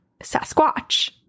sasquatch